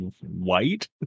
White